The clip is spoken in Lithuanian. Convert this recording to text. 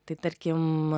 tai tarkim